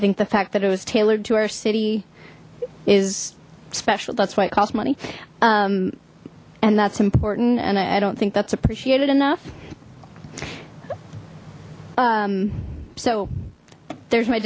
think the fact that it was tailored to our city is special that's why it cost money and that's important and i don't think that's appreciated enough so there's m